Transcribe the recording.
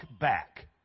back